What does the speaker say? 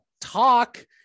talk